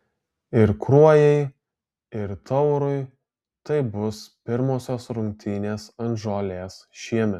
ir kruojai ir taurui tai bus pirmosios rungtynės ant žolės šiemet